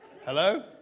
Hello